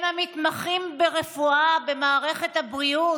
הם המתמחים ברפואה במערכת הבריאות,